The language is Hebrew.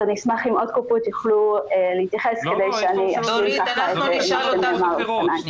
אני אשמח אם עוד קופות יוכלו להתייחס כדי שאני אשלים ככה את מה שנאמר.